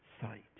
sight